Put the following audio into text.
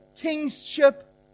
kingship